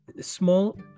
small